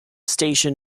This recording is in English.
station